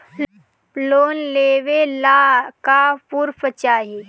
Loan लेवे ला का पुर्फ चाही?